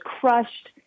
crushed